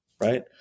right